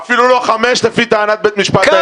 אפילו לא חמש, לפי טענת בית המשפט העליון.